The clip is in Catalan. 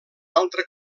altra